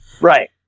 Right